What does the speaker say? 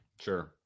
Sure